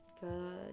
good